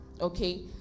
okay